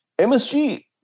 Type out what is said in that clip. MSG